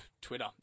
Twitter